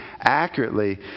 accurately